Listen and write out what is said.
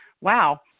wow